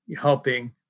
helping